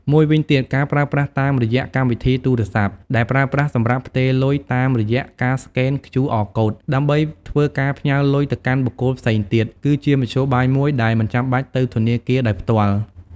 មួយវិញទៀតការប្រើប្រាស់តាមរយៈកម្មវិធីទូរស័ព្ទដែលប្រើប្រាស់សម្រាប់ផ្ទេរលុយតាមរយៈការស្កែន QR code ដើម្បីធ្វើការផ្ញើលុយទៅកាន់បុគ្កលផ្សេងទៀត គឺជាមធ្យោបាយមួយដែលមិនចាំបាច់ទៅធនាគារដោយភ្ទាល់។